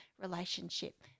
relationship